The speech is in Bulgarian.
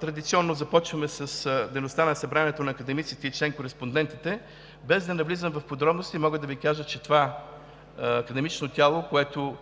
Традиционно започваме с дейността на Събранието на академиците и член-кореспондентите. Без да навлизам в подробности, мога да Ви кажа, че около половината